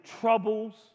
troubles